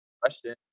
Question